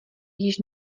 již